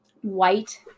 White